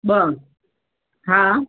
ॿ हा